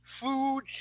food